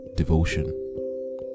devotion